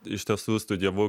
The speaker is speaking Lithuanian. iš tiesų studijavau